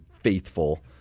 faithful